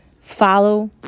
Follow